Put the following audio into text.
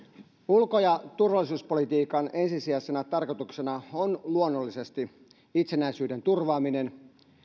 ulko ja turvallisuuspolitiikan ensisijaisena tarkoituksena on luonnollisesti itsenäisyyden turvaaminen